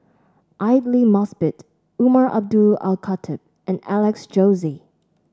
Aidli Mosbit Umar Abdullah Al Khatib and Alex Josey